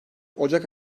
ocak